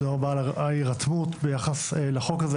תודה רבה על ההירתמות ביחס לחוק הזה.